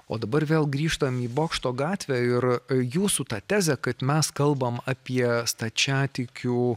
o dabar vėl grįžtam į bokšto gatvę ir jūsų ta tezė kad mes kalbam apie stačiatikių